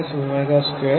2r